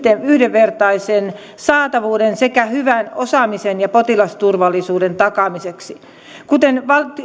yhdenvertaisen saatavuuden sekä hyvän osaamisen ja potilasturvallisuuden takaamiseksi kuten